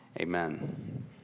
Amen